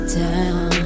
down